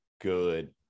good